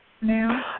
now